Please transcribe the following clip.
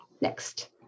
Next